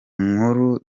nkuru